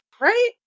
right